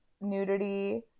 nudity